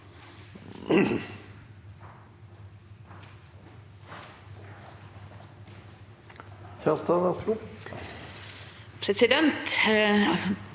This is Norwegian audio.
Presidenten